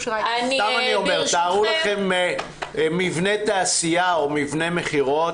תארו לכם מבנה תעשייה או מבנה מכירות